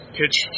pitch